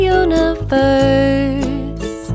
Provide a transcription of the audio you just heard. universe